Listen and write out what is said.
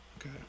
Okay